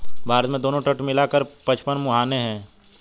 भारत में दोनों तट मिला कर पचपन मुहाने हैं